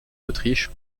autriche